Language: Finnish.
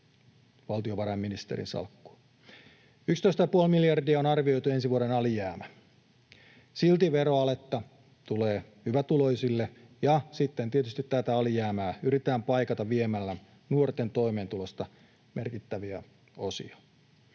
valtiovarainministerin salkkua. 11 ja puoli miljardia on arvioitu ensi vuoden alijäämä. Silti veroalea tulee hyvätuloisille, ja sitten tietysti tätä alijäämää yritetään paikata viemällä nuorten toimeentulosta merkittäviä osia.